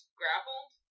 grappled